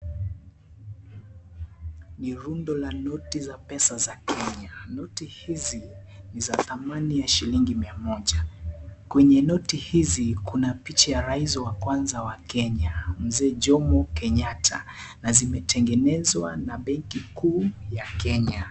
Ni rundo la noti za pesa za Kenya noti hizi ni za thamani ya shilingi mia moja, kwenye noti hizi kuna picha ya Rais wa kwanza wa Kenya Mzee Jomo Kenyatta, na zimetengenezwa na benki kuu ya Kenya.